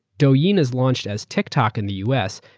douyin is launched as tiktok in the us.